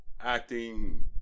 acting